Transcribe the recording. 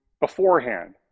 beforehand